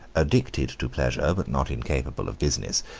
addicted to pleasure, but not incapable of business,